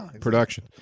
production